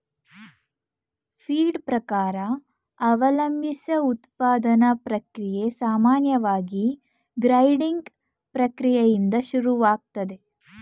feed ಪ್ರಕಾರ ಅವಲಂಬ್ಸಿ ಉತ್ಪಾದನಾ ಪ್ರಕ್ರಿಯೆ ಸಾಮಾನ್ಯವಾಗಿ ಗ್ರೈಂಡಿಂಗ್ ಪ್ರಕ್ರಿಯೆಯಿಂದ ಶುರುವಾಗ್ತದೆ